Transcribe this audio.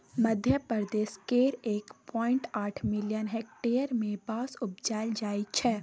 मध्यप्रदेश केर एक पॉइंट आठ मिलियन हेक्टेयर मे बाँस उपजाएल जाइ छै